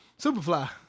Superfly